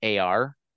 AR